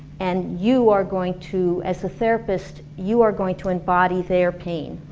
and you are going to, as a therapist you are going to embody their pain